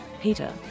Peter